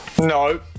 No